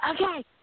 Okay